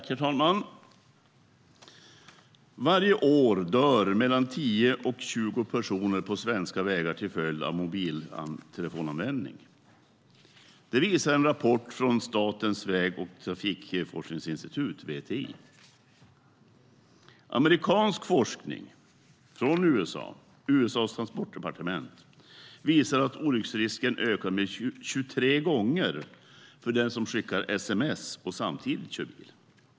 Herr talman! Varje år dör mellan 10 och 20 personer på svenska vägar till följd av mobiltelefonanvändning. Det visar en rapport från Statens väg och trafikforskningsinstitut, VTI. Amerikansk forskning från USA:s transportdepartement visar att olycksrisken ökar 23 gånger för den som skickar sms och samtidigt kör bil.